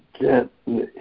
gently